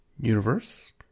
universe